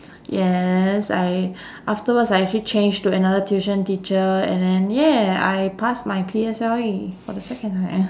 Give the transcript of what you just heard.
yes I afterwards I actually change to another tuition teacher and then !yay! I pass my P_S_L_E for the second time